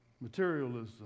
materialism